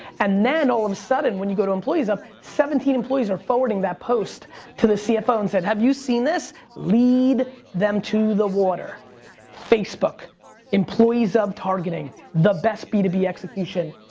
and then all of a sudden when you go to employees up seventeen employees are forwarding that post to the cfo and said, have you seen this? lead them to the water facebook employees of targeting the best b to b execution.